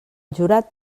jurat